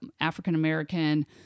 African-American